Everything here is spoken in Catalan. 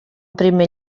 primer